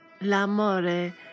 L'amore